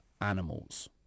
animals